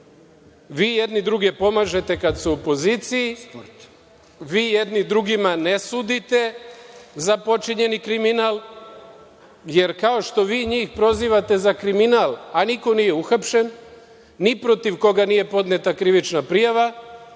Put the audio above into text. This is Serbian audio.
Vi jedni druge pomažete kada su u opoziciji. Vi jedni drugima ne sudite za počinjeni kriminal, jer kao što vi njih prozivate za kriminal, a niko nije uhapšen, ni protiv koga nije podneta krivična prijava,